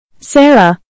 Sarah